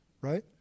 right